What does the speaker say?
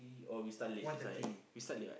one thirty